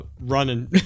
Running